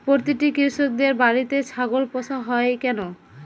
প্রতিটি কৃষকদের বাড়িতে ছাগল পোষা হয় কেন?